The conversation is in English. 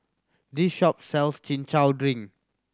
this shop sells Chin Chow drink